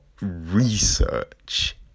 research